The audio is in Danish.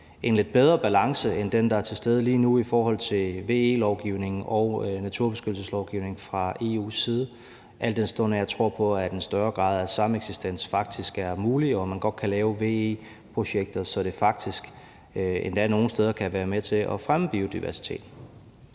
en lidt bedre balance end den, der er til stede lige nu, mellem VE-lovgivningen og naturbeskyttelseslovgivningen fra EU's side, al den stund at jeg tror på, at en større grad af sameksistens faktisk er muligt, og at man godt kan lave VE-projekter, så det faktisk endda nogle steder kan være med til at fremme biodiversiteten.